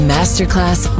Masterclass